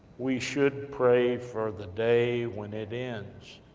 we should pray for the day when it ends,